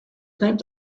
named